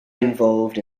involved